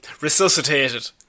resuscitated